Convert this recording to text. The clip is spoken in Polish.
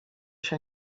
się